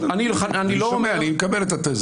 לא, לא, אני -- אני מקבל את התזה.